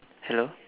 hello